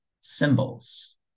symbols